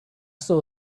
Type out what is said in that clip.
saw